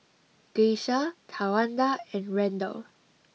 Grecia Tawanda and Randal